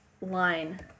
line